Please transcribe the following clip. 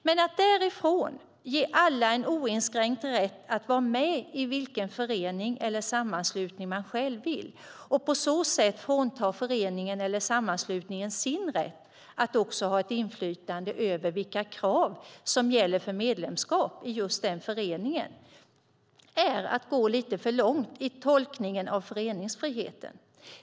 Men att därifrån ge alla en oinskränkt rätt att vara med i vilken förening eller sammanslutning de själva vill och på så sätt frånta föreningen eller sammanslutningen dess rätt att också ha ett inflytande över vilka krav som gäller för medlemskap i just den föreningen är att gå lite för långt i tolkningen av föreningsfriheten.